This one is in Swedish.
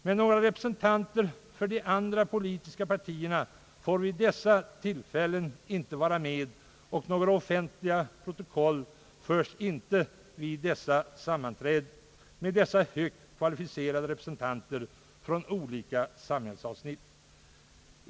Men några representanter för de andra politiska partierna får vid dessa tillfällen inte vara med, och några offentliga protokoll förs inte vid dessa sammanträden med högt kvalificerade representanter för olika samhällsavsnitt.